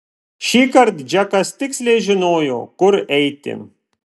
šįkart džekas tiksliai žinojo kur eiti